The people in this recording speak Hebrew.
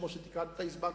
כמו שהסברת,